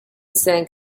send